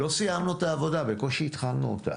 לא סיימנו את העבודה, בקושי התחלנו אותה.